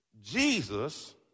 Jesus